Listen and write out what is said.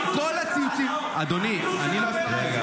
כל הציוצים --- האמינות שלך.